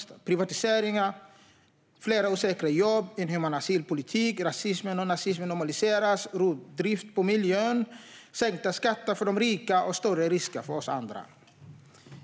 Vi ser privatiseringar, fler osäkra jobb, inhuman asylpolitik, rasism och nazism som normaliseras, rovdrift på miljön, sänkta skatter för de rika och större risker för oss andra.